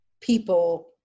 people